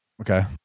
Okay